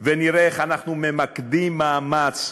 ונראה איך אנחנו ממקדים מאמץ.